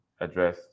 Address